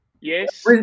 Yes